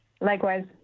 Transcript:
Likewise